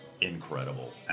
incredible